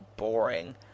boring